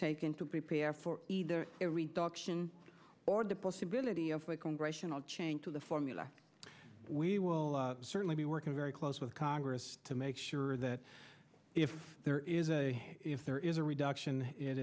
taken to be prepared for either a reduction or the possibility of a congressional change to the formula we will certainly be working very close with congress to make sure that if there is a if there is a reduction it